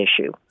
issue